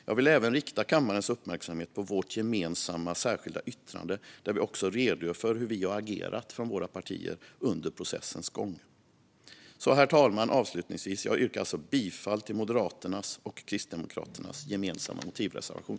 Jag vill även rikta kammarens uppmärksamhet på vårt gemensamma särskilda yttrande, där vi redogör för hur vi agerat från våra partiers sida under processens gång. Avslutningsvis, herr talman, yrkar jag alltså bifall till Moderaternas och Kristdemokraternas gemensamma motivreservation.